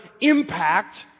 Impact